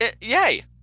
yay